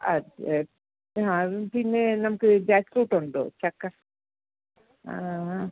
അതെ ആ അത് പിന്നെ നമുക്ക് ജാക്ക്ഫ്രൂട്ട് ഉണ്ടോ ചക്ക ആ